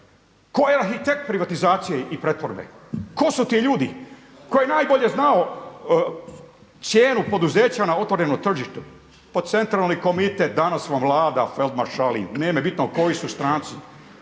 Tko je arhitekt privatizacije i pretvorbe? Tko su ti ljudi? Tko je najbolje znao cijenu poduzeća na otvorenom tržištu? Pa centralni komitet, danas vam vlada …/Govornik se ne razumije./… nije im bitno u kojoj su stranci.